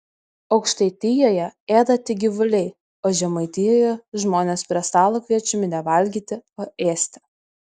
aukštaitijoje ėda tik gyvuliai o žemaitijoje žmonės prie stalo kviečiami ne valgyti o ėsti